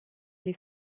les